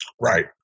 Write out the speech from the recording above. right